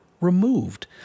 removed